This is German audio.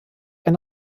ein